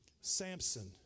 Samson